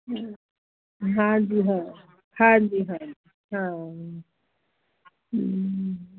ਹਾਂ ਹਾਂਜੀ ਹਾਂ ਹਾਂਜੀ ਹਾਂਜੀ ਹਾਂ